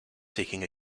seeking